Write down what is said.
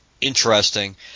interesting